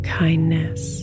kindness